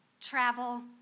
travel